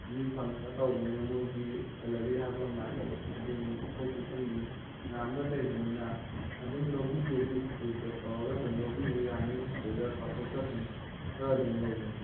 ꯃꯤ ꯊꯝꯃꯒ ꯇꯧꯕꯅꯤꯅ ꯃꯣꯏꯒꯤ ꯁꯦꯂꯔꯤ ꯍꯥꯏꯕ ꯑꯃ ꯂꯥꯛꯏ ꯑꯗꯨꯒꯤ ꯄꯤꯊꯣꯛ ꯄꯤꯁꯤꯟꯒꯤ ꯃꯌꯥꯝ ꯑꯃ ꯂꯩꯕꯅꯤꯅ ꯑꯗꯨꯝ ꯂꯧꯕꯤꯒꯦꯗꯤ ꯐꯨꯜ ꯄꯦꯗ ꯇꯧꯔꯒ ꯑꯗꯨꯝ ꯂꯧꯕꯤꯕ ꯌꯥꯅꯤ ꯑꯗꯨꯗ ꯇꯥꯊꯣꯛ ꯇꯥꯁꯤꯟ ꯈꯔ ꯑꯗꯨꯝ ꯂꯩꯒꯅꯤ